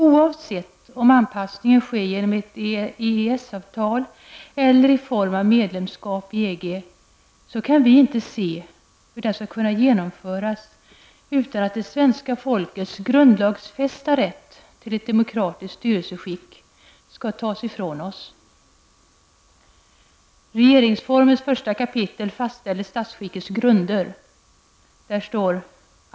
Oavsett om anpassningen sker genom ett EES avtal eller i form av medlemskap i EG, kan jag inte se hur det skall kunna genomföras utan att det svenska folkets grundlagsfästa rätt till ett demokratiskt styrelseskick skall tas ifrån oss.